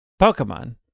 Pokemon